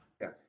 Yes